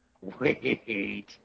Wait